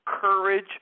courage